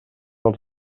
els